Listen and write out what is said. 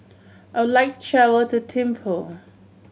I would like to travel to Thimphu